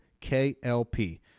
KLP